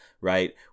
right